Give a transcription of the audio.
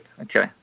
okay